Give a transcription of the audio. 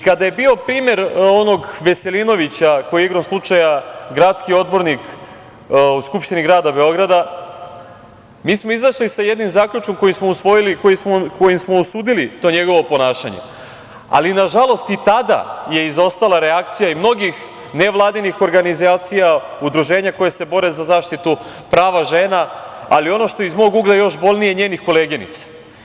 Kada je bio primer onog Veselinovića, koji je igrom slučaja gradski odbornik u Skupštini grada Beograda, mi smo izašli sa jednim zaključkom kojim smo osudili to njegovo ponašanje, ali nažalost, i tada je izostala reakcija i mnogih nevladinih organizacija, udruženja koja se bore za zaštitu prava žena, ali ono što je iz mog ugla još bolnije, i njenih koleginica.